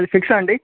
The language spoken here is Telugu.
ఇది ఫిక్సా అండి